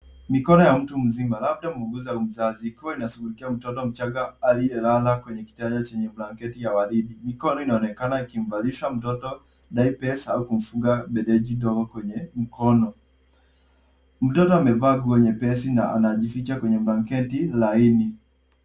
Mikono ya mtu mzima, labda muuguzi au mzazi ikiwa inashughulikia mtoto mchanga aliyelala kwenye kitanda chenye blanketi ya waridi. Mikono inaonekana ikimvalisha mtoto diapers au kumfunga bengeji dogo kwenye mkono. Mtoto amevaa nguo nyepesi, na anajificha kwenye blanketi laini.